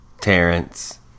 Terrence